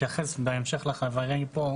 בהמשך לדברי חברי,